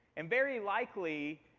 and very likely,